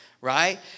right